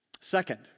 Second